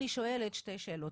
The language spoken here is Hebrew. אני שואלת שתי שאלות,